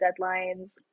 deadlines